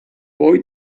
boy